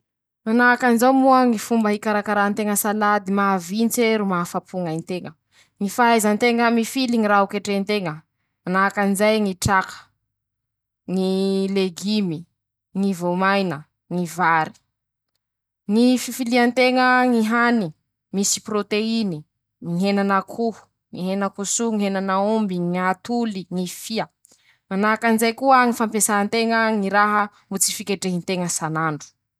Manahaky anizao moa ñy fomba ikarakaran-teña salady mahavintse ro mahafapony ñ'ainteña: -ñy fahaizan-teña mifily ñy raha ho ketrehin-teña. manahaky anizay ñy traka. g ny legimy. ñy voamaina. ñy vary; ñy fifilian-teña ñy hany misy proteiny :ñy henan'akoho. ñy henan-koso ñy henan'aomby. ñy atoly. ñy fia ;manahaky anizay koa ñy fampiasan-teña ñy raha tsy fiketrehin-teña sanandro.